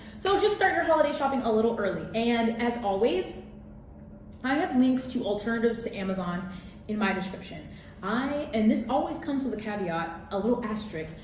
so just start your holiday shopping a little early and as always i have links to alternatives to amazon in my description and this always comes with a caveat, a little asterisk.